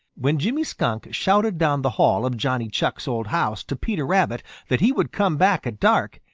when jimmy skunk shouted down the hall of johnny chuck's old house to peter rabbit that he would come back at dark,